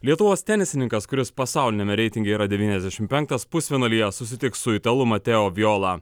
lietuvos tenisininkas kuris pasauliniame reitinge yra devyniasdešim penktas pusfinalyje susitiks su italu mateo bijola